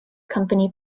company